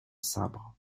sabre